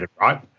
right